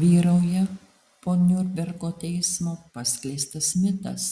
vyrauja po niurnbergo teismo paskleistas mitas